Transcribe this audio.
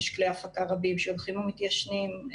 יש כלי הפקה רבים שהולכים ומתיישנים,